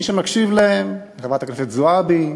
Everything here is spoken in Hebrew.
מי שמקשיב להם, לחברת הכנסת לזועבי,